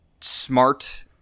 smart